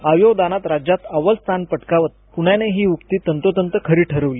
अवयव दानात राज्यात अव्वल स्थान पटकावत पुण्यानं ही उक्ती तंतोतंत खरी ठरवली